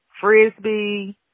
frisbee